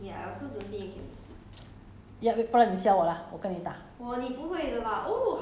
不能够打出去那个标准 I don't think so I can make it